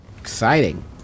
Exciting